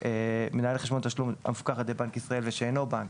שמנהלים חשבונות תשלום שמפוקחים על ידי בנק ישראל ושאינם בנק,